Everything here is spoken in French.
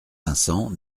vincent